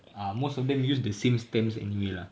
uh most of them use the same stems anyway lah